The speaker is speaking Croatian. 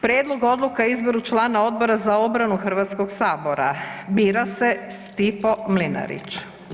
Prijedlog Odluke o izboru članka Odbora za obranu Hrvatskog sabora bira se Stipo Mlinarić.